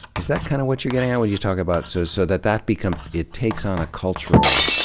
is that kind of what you're getting when you talk about, so so that that becomes, it takes on a cultural,